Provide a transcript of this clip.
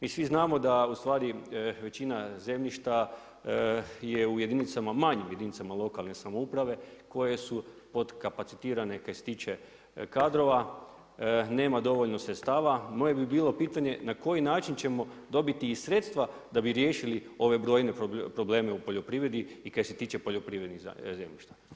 Mi svi znamo da ustvari većina zemljišta je u jedinicama, manjim jedinicama lokalne samouprave koje su podkapacitirane kaj se tiče kadrova, nema dovoljno sredstava, moje bi bilo pitanje na koji način ćemo dobiti i sredstva da bi riješili ove brojne probleme u poljoprivredi i kaj se tiče poljoprivrednih zemljišta.